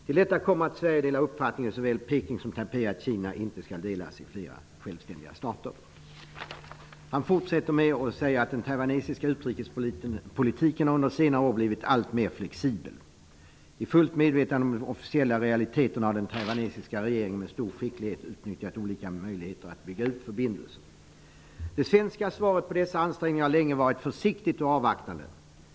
Till detta kommer, att Sverige delar uppfattningen i såväl Peking som Taipei att Kina inte skall delas i flera självständiga stater. Den taiwanesiska utrikespolitiken har under senare år blivit allt mer flexibel. I fullt medvetande om de officiella realiteterna, har den taiwanesiska regeringen med stor skicklighet utnyttjat olika möjligheter att bygga ut förbindelserna med olika länder. Det svenska svaret på dessa ansträngningar har länge varit försiktigt och avvaktande.